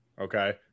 okay